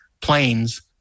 planes